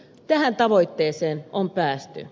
tähän tavoitteeseen on päästy